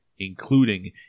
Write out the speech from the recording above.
including